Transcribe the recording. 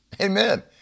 Amen